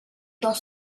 dans